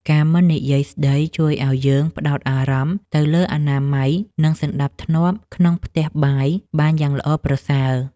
ការមិននិយាយស្តីជួយឱ្យយើងផ្ដោតអារម្មណ៍ទៅលើអនាម័យនិង សណ្ដាប់ធ្នាប់ក្នុងផ្ទះបាយបានយ៉ាងល្អប្រសើរ។